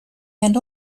and